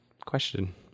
question